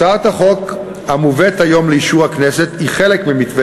הצעת החוק המובאת היום לאישור הכנסת היא חלק ממתווה